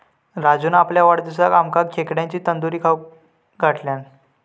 राजून आपल्या वाढदिवसाक आमका खेकड्यांची तंदूरी खाऊक घातल्यान